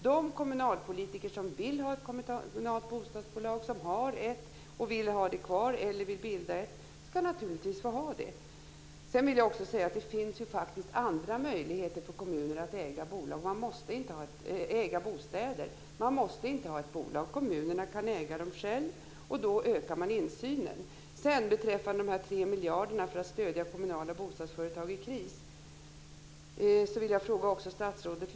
De kommunalpolitiker som vill ha ett kommunalt bostadsbolag, som har ett och vill ha det kvar eller som vill bilda ett ska naturligtvis få det. Det finns ju faktiskt också andra möjligheter för kommuner att äga bostäder. Man måste inte ha ett bolag, utan kommunerna kan äga bostäderna själva. Då ökar man insynen.